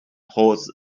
holds